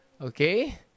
okay